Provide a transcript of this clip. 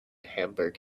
hamburg